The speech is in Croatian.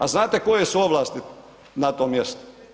A znate koje su ovlasti na tome mjestu?